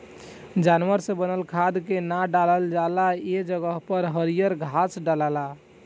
जानवर से बनल खाद के ना डालल जाला ए जगह पर हरियर घास डलाला